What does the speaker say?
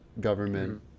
government